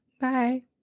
bye